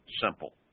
simple